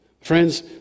Friends